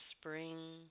spring